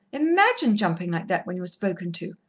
imagine jumping like that when you're spoken to!